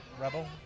rebel